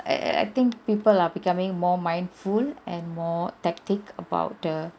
I I I think people are becoming more mindful and more tactic about the